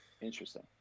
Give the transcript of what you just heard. Interesting